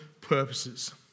purposes